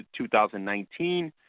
2019